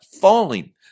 falling